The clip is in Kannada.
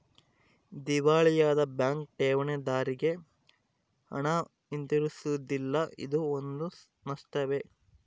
ದಿವಾಳಿಯಾದ ಬ್ಯಾಂಕ್ ಠೇವಣಿದಾರ್ರಿಗೆ ಹಣವನ್ನು ಹಿಂತಿರುಗಿಸುವುದಿಲ್ಲ ಇದೂ ಒಂದು ನಷ್ಟವೇ